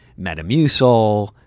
Metamucil